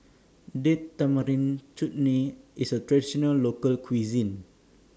Date Tamarind Chutney IS A Traditional Local Cuisine